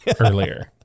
earlier